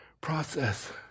process